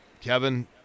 Kevin